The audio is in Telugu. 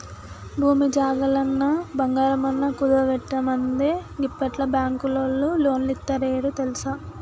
భూమి జాగలన్నా, బంగారమన్నా కుదువబెట్టందే గిప్పట్ల బాంకులోల్లు లోన్లిత్తలేరు తెల్సా